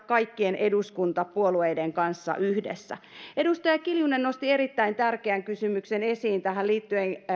kaikkien eduskuntapuolueiden kanssa yhdessä edustaja kiljunen nosti erittäin tärkeän kysymyksen esiin liittyen